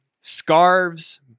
scarves